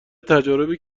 تجاربی